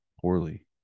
poorly